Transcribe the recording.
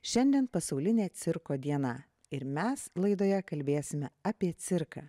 šiandien pasaulinė cirko diena ir mes laidoje kalbėsime apie cirką